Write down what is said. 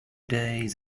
days